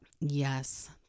yes